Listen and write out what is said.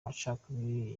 macakubiri